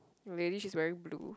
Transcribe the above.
lady she's wearing blue